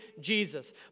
Jesus